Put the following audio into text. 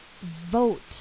vote